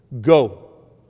Go